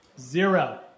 Zero